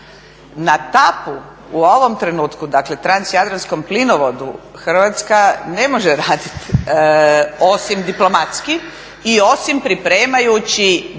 Na TAP-u u ovom trenutku, dakle transjadranskom plinovodu Hrvatska ne može raditi osim diplomatski i osim pripremajući